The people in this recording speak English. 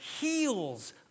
heals